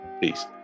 Peace